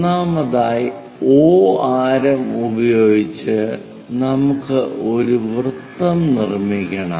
ഒന്നാമതായി O ആരം ഉപയോഗിച്ച് നമുക്ക് ഒരു വൃത്തം നിർമ്മിക്കണം